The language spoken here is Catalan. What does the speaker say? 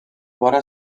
vora